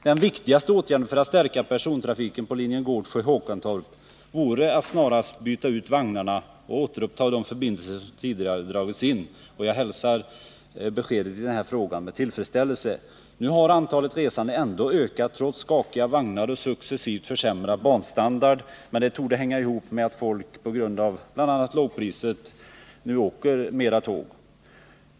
Den viktigaste åtgärden för att stärka persontrafiken på linjen Gårdsjö-Håkantorp vore att snarast byta ut vagnarna och återuppta de förbindelser som tidigare dragits in. Jag hälsar statsrådets besked om nya vagnar med tillfredsställelse. Nu har antalet resande ändå ökat, trots skakiga vagnar och successivt försämrad banstandard, men det torde hänga ihop med att folk på grund av bl.a. lågpriset nu åker mer tåg.